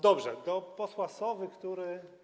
Dobrze, do posła Sowy, który.